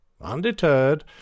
Undeterred